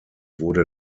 wurde